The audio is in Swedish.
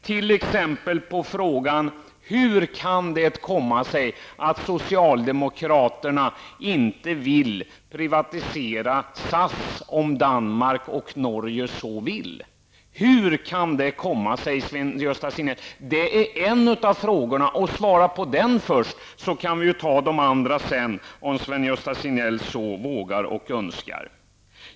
T.ex. på frågan: Hur kan det komma sig att socialdemokraterna inte vill privatisera SAS om Danmark och Norge vill det? Hur kan det komma sig, Sven-Gösta Signell? Det är en av frågorna. Svara på den först så kan vi ta de andra sedan, om Sven-Gösta Signell så vågar och önskar.